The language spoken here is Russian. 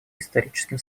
историческим